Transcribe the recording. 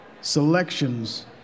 selections